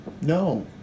No